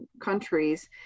countries